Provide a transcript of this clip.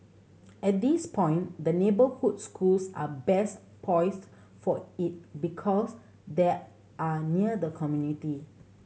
at this point the neighbourhood schools are best poised for it because they are near the community